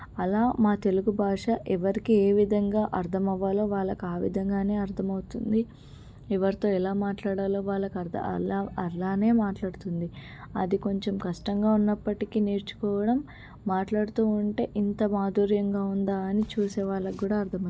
అలా మా తెలుగు భాష ఎవరికీ ఏ విధంగా అర్థం అవ్వాలో వాళ్ళకి ఆ విధంగానే అర్థమవుతుంది ఎవరితో ఎలా మాట్లాడాలో వాళ్ళకి అలా అలానే మాట్లాడుతుంది అది కొంచెం కష్టంగా ఉన్నప్పటికీ నేర్చుకోవడం మాట్లాడుతూ ఉంటే ఇంత మాధుర్యంగా ఉందా అని చూసేవాళ్ళకి కూడా అర్థమైపోతుంది